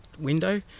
window